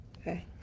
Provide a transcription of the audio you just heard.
okay